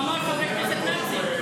הוא אמר חברי כנסת נאצים,